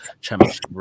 championship